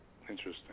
Interesting